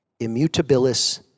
Immutabilis